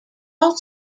all